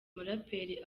muraperi